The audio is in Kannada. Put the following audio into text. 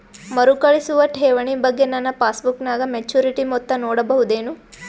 ಮರುಕಳಿಸುವ ಠೇವಣಿ ಬಗ್ಗೆ ನನ್ನ ಪಾಸ್ಬುಕ್ ನಾಗ ಮೆಚ್ಯೂರಿಟಿ ಮೊತ್ತ ನೋಡಬಹುದೆನು?